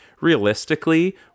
realistically